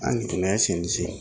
आंनि बुंनाया एसेनोसै